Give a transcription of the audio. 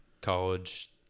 college